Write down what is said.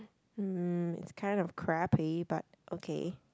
mm it's kind of crappy but okay